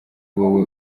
wowe